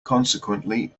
consequently